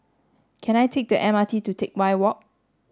can I take the M R T to Teck Whye Walk